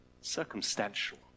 circumstantial